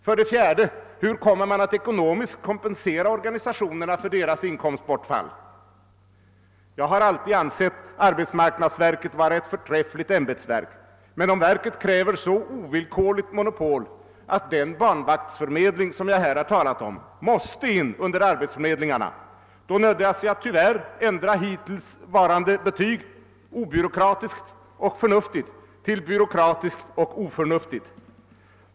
För det fjärde: Hur kommer man att ekonomiskt kompensera organisationerna för deras inkomstbortfall? Jag har alltid ansett arbetsmarknadsverket vara ett förträffligt ämbetsverk. Men om verket kräver så ovillkorligt monopol att den barnvaktsförmedling som jag här talat om måste in under arbetsförmedlingarna, nödgas jag tyvärr ändra hittillsvarande betyg »obyråkratiskt och förnuftigt» till »byråkratiskt och oförnuftigt».